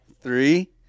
Three